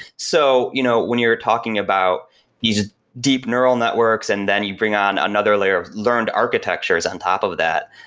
so you know when you're talking about these deep neural networks and then you bring on another layer of learned architectures on top of that,